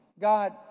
God